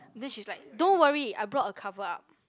then she's like don't worry I brought a cover up